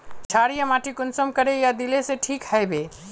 क्षारीय माटी कुंसम करे या दिले से ठीक हैबे?